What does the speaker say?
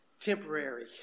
Temporary